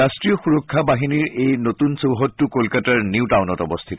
ৰাষ্টীয় সুৰক্ষা বাহিনীৰ এই নতুন চৌহদটো কলকাতাৰ নিউ টাউনত অৱস্থিত